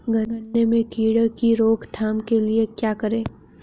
गन्ने में कीड़ों की रोक थाम के लिये क्या करें?